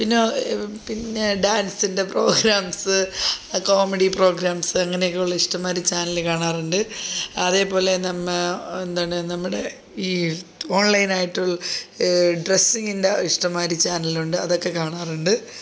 പിന്നെ പിന്നെ ഡാൻസിൻ്റെ പ്രോഗ്രാംസ് കോമഡി പ്രോഗ്രാംസ് അങ്ങനെയൊക്കെയുള്ള ഇഷ്ടമ്മാതിരി ചാനൽ കാണാറുണ്ട് അതേപോലെ നമ്മാ എന്താണ് നമ്മടെ ഈ ഓൺലൈനായിട്ടുൾ ഡ്രസ്സിങ്ങിൻ്റെ ഇഷ്ടംമാതിരി ചാൻലുണ്ട് അതൊക്കെ കാണാറുണ്ട്